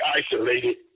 isolated